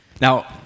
Now